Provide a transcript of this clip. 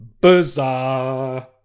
bizarre